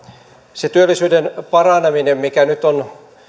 se työllisyyden paraneminen mikä nyt on